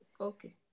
Okay